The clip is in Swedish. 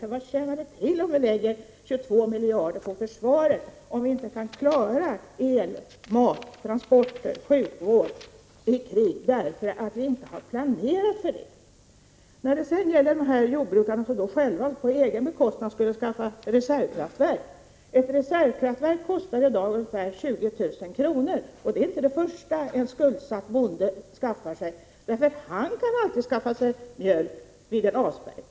Vad tjänar det annars till att lägga ned 22 miljarder på försvaret, om vi inte kan klara el, mat, transporter, sjukvård i krig därför att vi inte har planerat för det? När det sedan gäller jordbrukaren som på egen bekostnad skulle skaffa reservkraftverk kan jag tala om att ett reservkraftverk i dag kostar ungefär 20 000 kr. Det är inte det första en skuldsatt bonde skaffar sig. Han kan ju alltid skaffa sig mjölk vid avspärrning.